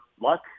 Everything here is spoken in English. luck